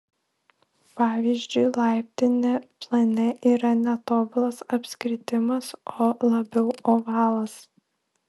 pavyzdžiui laiptinė plane yra ne tobulas apskritimas o labiau ovalas